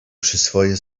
przyswoję